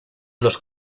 los